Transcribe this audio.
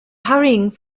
hurrying